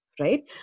right